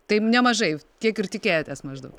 taip nemažai kiek ir tikėjotės maždaug